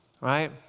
right